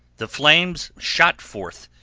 the flames shot forth,